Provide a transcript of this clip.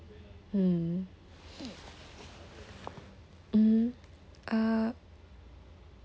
mm mm uh